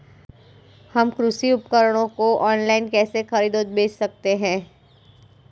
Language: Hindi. हम कृषि उपकरणों को ऑनलाइन कैसे खरीद और बेच सकते हैं?